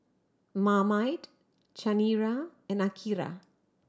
Marmite Chanira and Akira